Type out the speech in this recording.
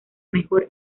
mejor